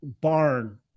barn